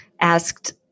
asked